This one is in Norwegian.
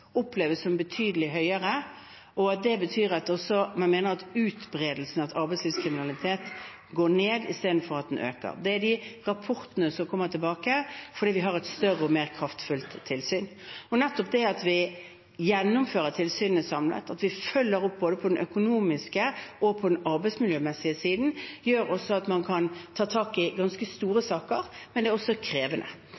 oppleves som betydelig høyere, og man mener det betyr at utbredelsen av arbeidslivskriminalitet går ned i stedet for å øke. Det er de rapportene som kommer tilbake, fordi vi har et større og mer kraftfullt tilsyn. Nettopp det at vi gjennomfører tilsynet samlet – at vi følger opp både den økonomiske og den arbeidsmiljømessige siden – gjør at man også kan ta tak i ganske store